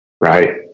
right